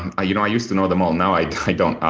and you know i used to know them all. now i don't.